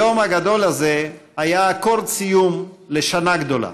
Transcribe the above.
היום הגדול הזה היה אקורד סיום לשנה גדולה.